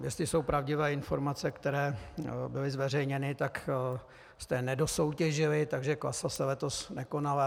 Jestli jsou pravdivé informace, které byly zveřejněny, tak jste nedosoutěžili, takže se Klasa se letos nekonala.